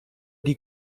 die